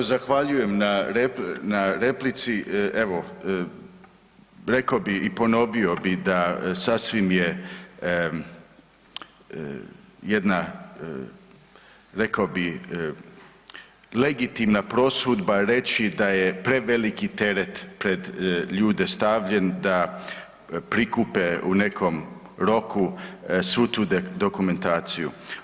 Evo zahvaljujem na replici, evo rekao bi i ponovio bi da sasvim je jedna rekao bih legitimna prosudba reći da je preveliki teret pred ljude stavljen da prikupe u nekom roku svu tu dokumentaciju.